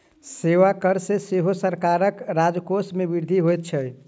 सेवा कर सॅ सेहो सरकारक राजकोष मे वृद्धि होइत छै